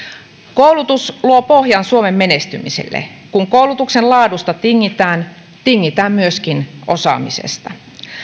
koulutus luo pohjan suomen menestymiselle kun koulutuksen laadusta tingitään tingitään myöskin osaamisesta